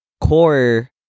core